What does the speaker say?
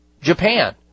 Japan